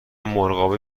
مرغابی